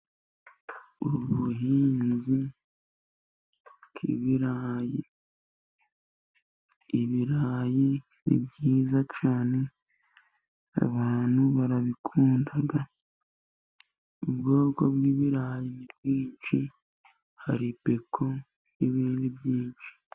Ubuhinzi bw'ibirayi, ibirayi ni byiza cyane abantu barabikunda. Ubwoko bw'ibirayi ni bwinshi hari peko n'ibindi byinshi.